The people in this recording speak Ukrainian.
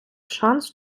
шанс